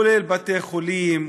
כולל בתי-חולים,